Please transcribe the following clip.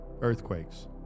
earthquakes